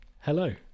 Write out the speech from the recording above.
Hello